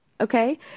okay